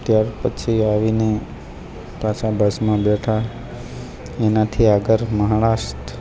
ત્યારપછી આવીને પાછા બસમાં બેઠા એનાથી આગળ મહારાષ્ટ્ર